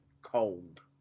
cold